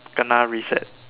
Kena reset